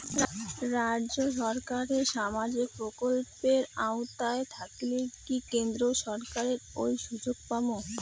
রাজ্য সরকারের সামাজিক প্রকল্পের আওতায় থাকিলে কি কেন্দ্র সরকারের ওই সুযোগ পামু?